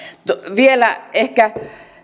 vielä ehkä